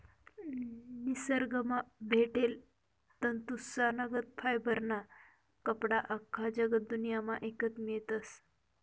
निसरगंमा भेटेल तंतूसनागत फायबरना कपडा आख्खा जगदुन्यामा ईकत मियतस